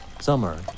Summer